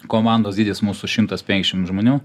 komandos dydis mūsų šimtas penkiasdešim žmonių